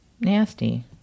nasty